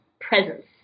presence